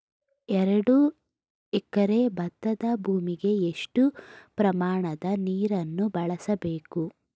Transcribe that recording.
ಎರಡು ಎಕರೆ ಭತ್ತದ ಭೂಮಿಗೆ ಎಷ್ಟು ಪ್ರಮಾಣದ ನೀರನ್ನು ಬಳಸಬೇಕು?